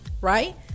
right